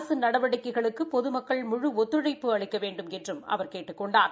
அரசின் நடவடிக்கைகளுக்கு பொதுமக்கள் முழு ஒத்துழைப்பு அளிக்க வேண்டுமென்றும் அவா் கேட்டுக் கொண்டார்